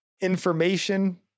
information